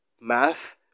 math